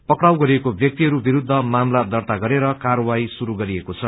पक्राउ गरिएको व्याक्तिहरू विरूद्ध मामला दार्ता गरेर काम्रवाही शरू गरेको छ